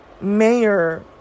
Mayor